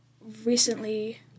recently